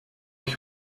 ich